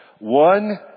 One